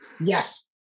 Yes